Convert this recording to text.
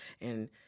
and-